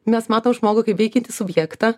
mes matom žmogų kaip veikiantį subjektą